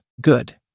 Good